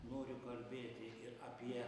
noriu kalbėti ir apie